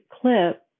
Clip